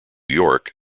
york